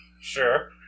Sure